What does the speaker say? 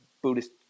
Buddhist